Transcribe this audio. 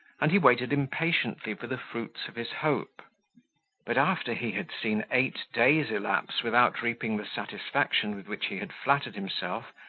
and he waited impatiently for the fruits of his hope but after he had seen eight days elapse without reaping the satisfaction with which he had flattered himself,